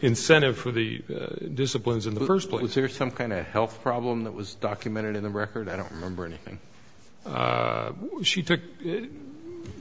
incentive for the disciplines in the first place or some kind of health problem that was documented in the record i don't remember anything she took